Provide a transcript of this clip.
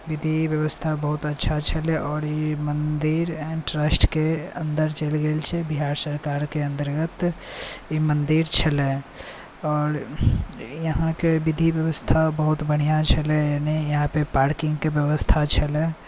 विधि बेबस्था बहुत अच्छा छलै आओर ई मन्दिर एहन ट्रस्टके अन्दर चलि गेल छै बिहार सरकारके अन्तर्गत ई मन्दिर छलै आओर यहाँके विधि बेबस्था बहुत बढ़िआँ छलै एनी यहाँपर पार्किंगके बेबस्था छलै